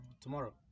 Tomorrow